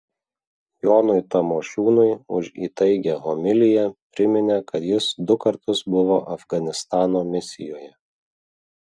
jonui tamošiūnui už įtaigią homiliją priminė kad jis du kartus buvo afganistano misijoje